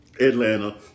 Atlanta